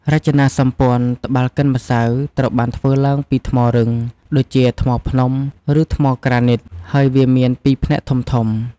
រចនាសម្ព័ន្ធត្បាល់កិនម្សៅត្រូវបានធ្វើឡើងពី ថ្មរឹង ដូចជាថ្មភ្នំ ឬថ្មក្រានីត ហើយវាមានពីរផ្នែកធំៗ។